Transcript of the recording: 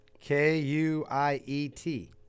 k-u-i-e-t